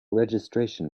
registration